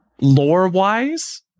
lore-wise